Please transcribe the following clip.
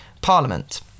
Parliament